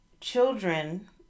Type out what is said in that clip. children